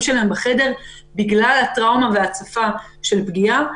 שלהם בחדר בגלל טראומה והצפה של פגיעה,